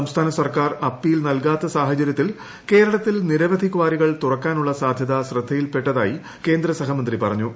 സംസ്ഥാന സർക്കാർ അപ്പീൽ നൽകാത്ത സാഹചര്യത്തിൽ കേരളത്തിൽ നിരവധി കാറികൾ തുറക്കാനുള്ള സാധ്യത ശ്രദ്ധയിൽപ്പെട്ടതായി കേന്ദ്ര സഹമന്ത്രി പറഞ്ഞു